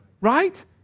Right